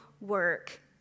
work